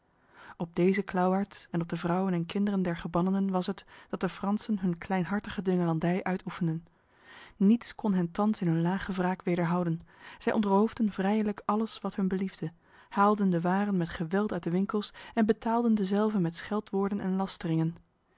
op deze klauwaards en op de vrouwen en kinderen der gebannenen was het dat de fransen hun kleinhartige dwingelandij uitoefenden niets kon hen thans in hun lage wraak wederhouden zij ontroofden vrijelijk alles wat hun beliefde haalden de waren met geweld uit de winkels en betaalden dezelve met scheldwoorden en lasteringen